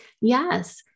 Yes